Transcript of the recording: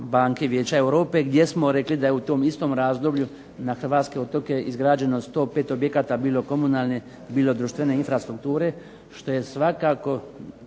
banke Vijeća Europe, gdje smo rekli da je u tom istom razdoblju na Hrvatske otoke izgrađeno 105 objekata bilo komunalne bilo društvene infrastrukture, što je svakako